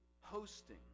hosting